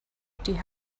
die